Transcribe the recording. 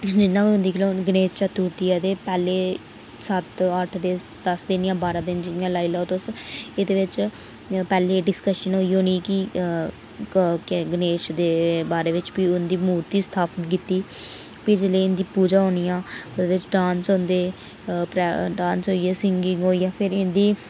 जि'यां हून दिक्खी लैओ गणेश चतुर्थी दे पैह्ले सत अट्ठ दिन दस दिन जां बारां दिन जि'यां लेई लैओ तुस एह्दे बिच जां पैह्लें डिसकशन होई होनी कि गणेश दे बारे बिच कि उं'दी मूर्ती स्थापित कीती फ्ही जेल्लै इं'दी पूजा होनी ऐ ओह्दे बिच डांस होंदे डांस होई गेआ सिंगिग होई गेआ इं'दी